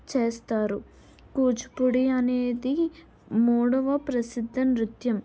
చేస్తారు కూచిపూడి అనేది మూడవ ప్రసిద్ధ నృత్యం